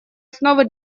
основы